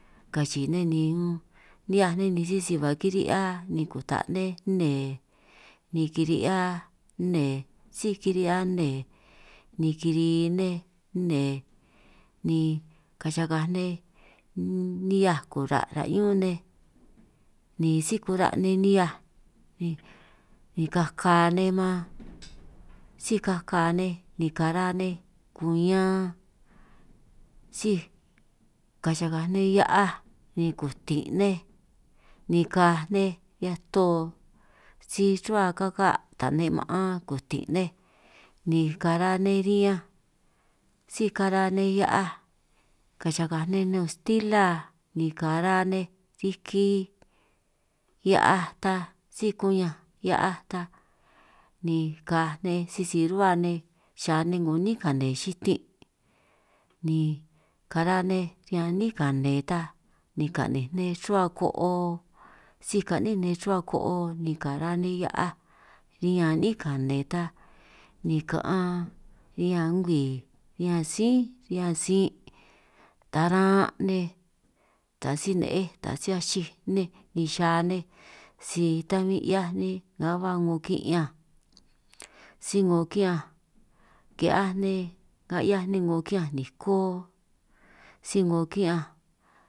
Kachii nej ni unn ni'hiaj nej ni sisi ba' kirihi ni kuta' nej nnee, ni kiri'hia nnee síj kirihia nnee ni kiri nej nnee, ni kacahakaj nej unn nihiaj kura' ra' ñún nej ni síj kura' nej nihiaj, ni kaka nej man síj kaka nej man ni kara nej kuñan síj kachakaj nej hia'aj ni kutin' nej, ni kaj nej riñan to si ruhua kaka' ta ne' ma'an kutin' nej ni kara nej riñanj, síj kara nej hia'aj ka'anj chakakaj nej nun stila ni kara nej riki hia'aj ta, síj kuñanj hia'aj ta ni kaj nej sisi ruhua nej xa nej 'ngo 'nín kanen xitin' ni kara nej riñan 'nín kane ta ni ka'ninj nej ruhua ko'o síj ka'nín nej ruhua ko'o ni kara nej hia'aj riñan 'nín kane ta, ni ka'an riñan ngwii riñan sí riñan sin' taran' nej taj si ne'ej taj si achij nej, ni xa nej si ta bin 'hiaj nej nga ba 'ngo ki'ñanj si 'ngo ki'ñanj, ki'hiaj nej nga nej 'ngo ki'ñanj niko si 'ngo ki'ñanj.